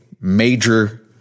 major